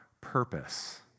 purpose